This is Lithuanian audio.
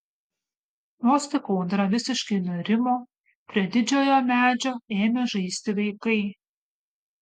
vos tik audra visiškai nurimo prie didžiojo medžio ėmė žaisti vaikai